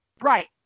Right